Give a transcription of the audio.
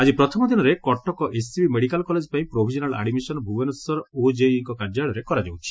ଆଜି ପ୍ରଥମ ଦିନରେ କଟକ ଏସ୍ସିବି ମେଡିକାଲ୍ କଲେଜ୍ ପାଇଁ ପ୍ରୋଭିଜନାଲ୍ ଆଡ୍ମିସନ୍ ଭୁବନେଶ୍ୱର ଓଜେଇଇଙ୍ କାର୍ଯ୍ୟାଳୟରେ କରାଯାଉଛି